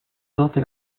doce